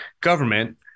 government